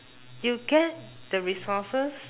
you get the resources